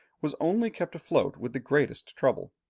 was only kept afloat with the greatest trouble.